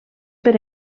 per